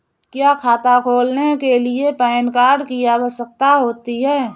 क्या खाता खोलने के लिए पैन कार्ड की आवश्यकता होती है?